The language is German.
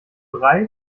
brei